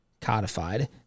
codified